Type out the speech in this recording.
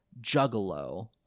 juggalo